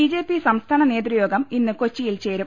B J P സംസ്ഥാന നേതൃയോഗം ഇന്ന് കൊച്ചിയിൽ ചേരും